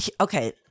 okay